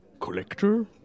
collector